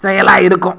செயலாக இருக்கும்